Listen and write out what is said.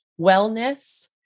wellness